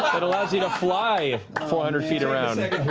that allows you to fly four hundred feet a round!